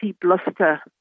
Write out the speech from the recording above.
bluster